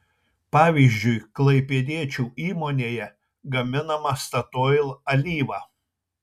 pavyzdžiui klaipėdiečių įmonėje gaminama statoil alyva